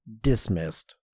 dismissed